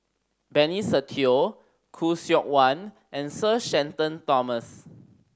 Benny Se Teo Khoo Seok Wan and Sir Shenton Thomas